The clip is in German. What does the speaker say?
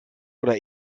oder